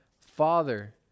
father